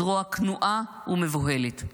זרוע כנועה ומבוהלת.